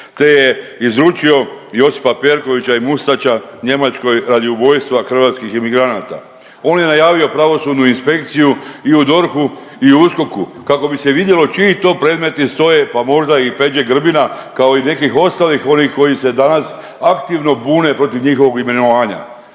te je izručio Josipa Perkovića i Mustača Njemačkoj radi ubojstva hrvatskih imigranata. On je najavio pravosudnu inspekciju i u DORH-u i USKOK-u kako bi se vidjelo čiji to predmeti stoje pa možda i Peđe Grbina, kao i nekih ostalih, onih koji se danas aktivno bude protiv njihovog imenovanja.